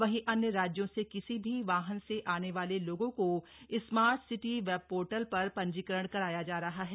वहीं अन्य राज्यों से किसी भी वाहन से आने वाले लोगों को स्मार्ट सिटी वेबपोर्टल पर पंजीकरण कराया जा रहा है